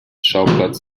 schauplatz